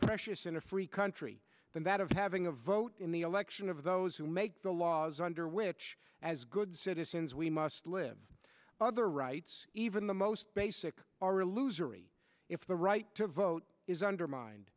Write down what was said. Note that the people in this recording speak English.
precious in a free country than that of having a vote in the election of those who make the laws under which as good citizens we must live other rights even the most basic are illusory if the right to vote is undermined